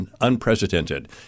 unprecedented